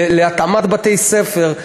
להתאמת בתי-ספר,